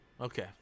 okay